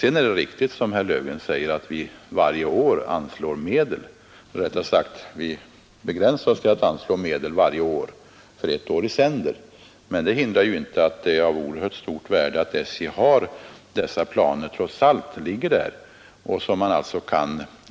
Det är riktigt som herr Löfgren sade, att man varje år anslår medel — eller rättare sagt att vi begränsar oss till att anslå medel för ett år i sänder — men det hindrar inte att det är av oerhört stort värde att SJ har dessa planer liggande färdiga.